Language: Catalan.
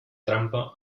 trampa